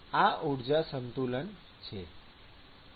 આ ઊર્જા સંતુલન છે